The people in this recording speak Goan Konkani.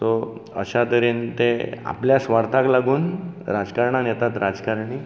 सो अश्या तरेन ते आपल्या स्वार्थाक लागून राजकारणांत येता राजकारणी